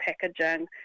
packaging